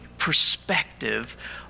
Perspective